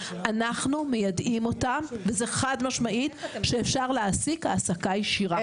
אנחנו מיידעים אותם וזה חד משמעית שאפשר להעסיק העסקה ישירה.